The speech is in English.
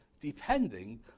depending